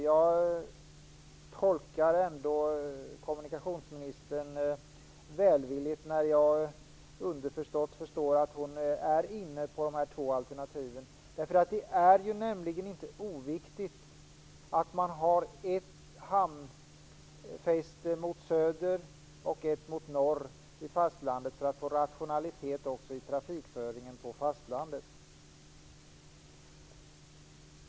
Jag tolkar kommunikationsministern välvilligt när jag, underförstått, förstår att hon är inne på dessa två alternativ. Det är nämligen inte oviktigt att man har ett hamnfäste mot söder och ett mot norr för att få rationalitet i trafikföringen också på fastlandet.